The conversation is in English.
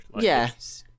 Yes